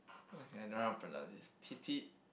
okay I don't know how to pronounce this T T